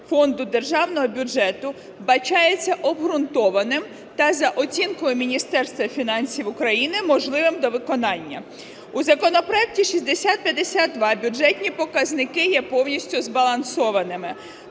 фонду державного бюджету вбачається обґрунтованим та за оцінкою Міністерства фінансів України можливим до виконання. У законопроекті 6052 бюджетні показники є повністю збалансованими.